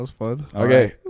Okay